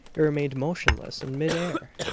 it remained motionless in mid air!